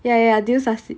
ya ya ya do you succeed